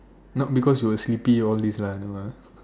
not because you were sleepy all this lah no ah